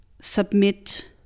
Submit